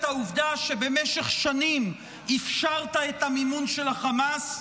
העובדה שבמשך שנים אפשרת את המימון של החמאס?